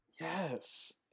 Yes